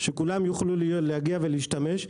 שכולם יוכלו להגיע ולהשתמש,